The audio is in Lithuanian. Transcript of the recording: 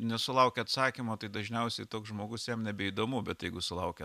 nesulaukia atsakymo tai dažniausiai toks žmogus jam nebeįdomu bet jeigu sulaukia